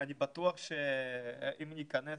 אני בטוח שאם ניכנס,